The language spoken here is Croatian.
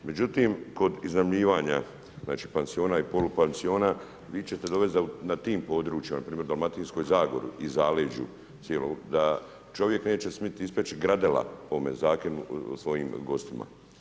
Međutim kod iznajmljivanja pansiona i polupansiona, vi ćete dovesti da na tim područjima, npr. Dalmatinskoj zagori i zaleđu, da čovjek neće smjeti ispeći gradele po ovom zakonu, svojim gostima.